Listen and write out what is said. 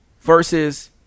Versus